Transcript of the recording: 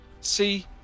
see